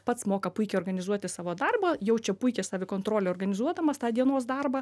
pats moka puikiai organizuoti savo darbą jaučia puikią savikontrolę organizuodamas tą dienos darbą